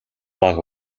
бага